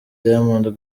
diamond